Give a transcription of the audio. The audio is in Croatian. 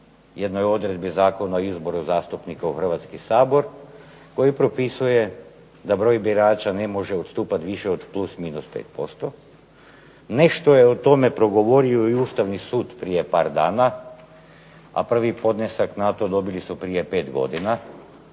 jednoj odredbi Zakona o izboru zastupnika u Hrvatski sabor koji propisuje da broj birača ne može odstupati više od +-5%. Nešto je o tome progovorio i Ustavni sud prije par dana, a prvi podnesak za to dobili su prije 5 godina